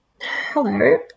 Hello